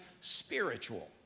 spiritual